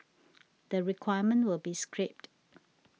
the requirement will be scrapped